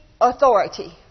authority